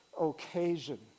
occasion